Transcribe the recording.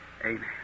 Amen